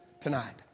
tonight